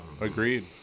agreed